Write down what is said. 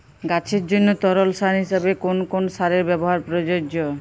গাছের জন্য তরল সার হিসেবে কোন কোন সারের ব্যাবহার প্রযোজ্য?